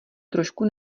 trošku